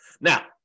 Now